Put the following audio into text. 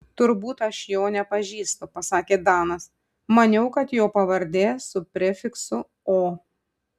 turbūt aš jo nepažįstu pasakė danas maniau kad jo pavardė su prefiksu o